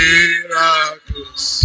Miracles